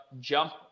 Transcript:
jump